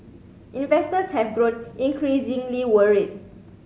investors have grown increasingly worried